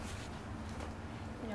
your hole very big meh